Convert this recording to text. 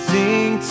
Sing